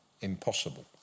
impossible